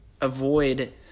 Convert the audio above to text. avoid